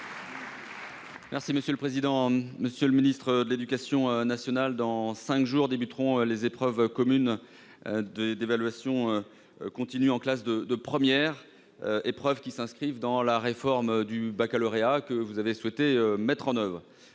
Les Républicains. Monsieur le ministre de l'éducation nationale, dans cinq jours commenceront les épreuves communes d'évaluation continue en classe de première, épreuves qui s'inscrivent dans la réforme du baccalauréat que vous avez souhaité mettre en oeuvre.